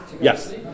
Yes